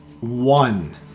one